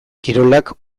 kirolak